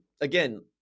Again